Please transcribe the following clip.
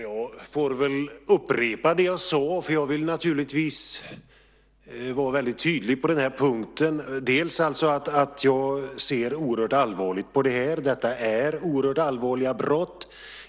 Herr talman! Jag upprepar det jag sade, för jag vill vara tydlig på den här punkten. Jag ser allvarligt på det här. Det handlar om mycket allvarliga brott.